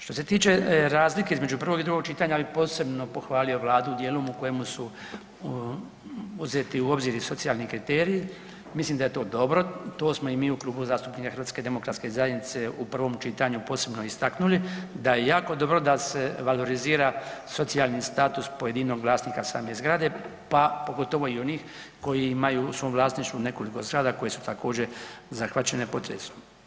Što se tiče razlike između prvog i drugog čitanja, ja bi posebno pohvalio vladu u dijelu u kojemu su uzeti u obzir i socijalni kriteriji, mislim da je to dobro, to smo i mi u Klubu zastupnika HDZ-a u prvom čitanju posebno istaknuli da je jako dobro da se valorizira socijalni status pojedinog vlasnika same zgrade, pa pogotovo i onih koji imaju u svom vlasništvu nekoliko zgrada koje su također zahvaćene potresom.